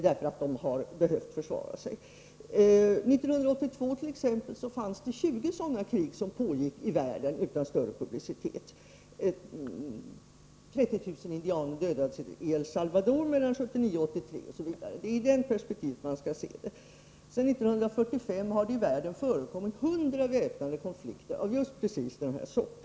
Exempelvis 1982 pågick 20 sådana krig i världen utan större publicitet, 30 000 indianer dödades i El Salvador mellan åren 1979 och 1983, osv. — det är i det perspektivet man skall se det här frihetskriget. Sedan 1945 har det i världen förekommit hundra väpnade konflikter av precis den här sorten.